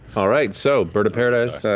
all right, so, bird of paradise,